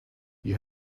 you